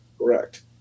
Correct